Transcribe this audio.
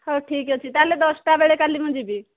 ହଉ ଠିକ୍ ଅଛି ତା'ହେଲେ ଦଶଟା ବେଳେ କାଲି ମୁଁ ଯିବି